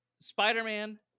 Spider-Man